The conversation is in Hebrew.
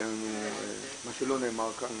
שייתן לנו מה שלא נאמר כאן.